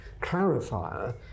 clarifier